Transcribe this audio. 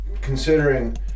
considering